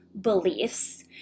beliefs